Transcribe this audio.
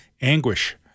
anguish